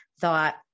thought